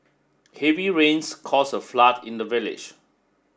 heavy rains caused a flood in the village